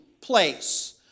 place